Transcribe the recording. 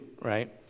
right